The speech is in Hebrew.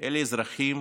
הם האזרחים